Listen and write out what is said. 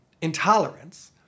intolerance